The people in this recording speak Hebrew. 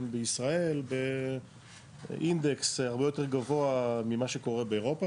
בישראל באינדקס הרבה יותר גבוה ממה שקורה באירופה,